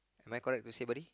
am I correct to say buddy